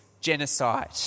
genocide